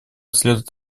следует